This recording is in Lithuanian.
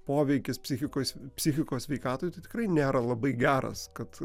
poveikis psichikos psichikos sveikatai tai tikrai nėra labai geras kad